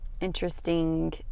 interesting